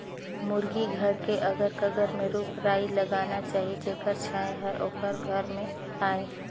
मुरगी घर के अगर कगर में रूख राई लगाना चाही जेखर छांए हर ओखर घर में आय